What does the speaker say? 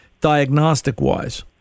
diagnostic-wise